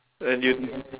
and you